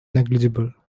negligible